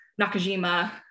Nakajima